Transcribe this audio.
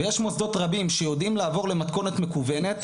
ויש מוסדות רבים שיודעים לעבור למתכונת מקוונת,